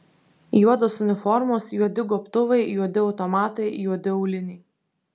juodos uniformos juodi gobtuvai juodi automatai juodi auliniai